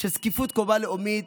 של זקיפות קומה לאומית,